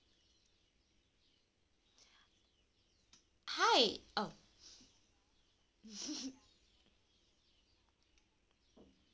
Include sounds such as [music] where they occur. hi oh [laughs]